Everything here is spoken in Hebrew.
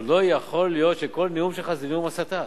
אבל לא יכול להיות שכל נאום שלך זה נאום הסתה.